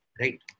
right